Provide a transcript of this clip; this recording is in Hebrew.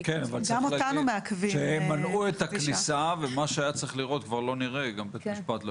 אני אגיד לכם שכשאני מגיעה לשער של בז"ן,